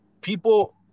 people